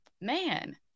man